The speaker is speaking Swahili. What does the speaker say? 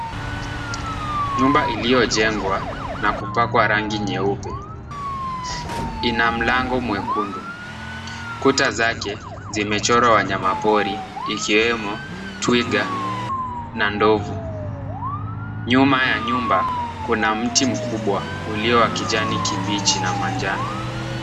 Nyumba iliyojengwa na kupakwa rangi nyeupe ina mlango mwekundu. Kuta zake zimechorwa wanyama pori ikiwemo twiga na ndovu. Nyuma ya nyumba kuna mti mkubwa ulio wa kijani kibichi na manjano.